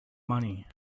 money